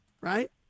right